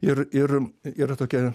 ir ir yra tokia